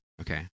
okay